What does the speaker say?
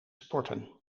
sporten